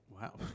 Wow